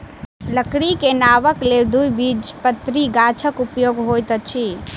लकड़ी के नावक लेल द्विबीजपत्री गाछक उपयोग होइत अछि